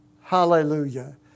Hallelujah